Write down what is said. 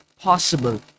possible